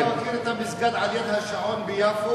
נסים, אתה מכיר את המסגד ליד השעון ביפו?